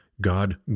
God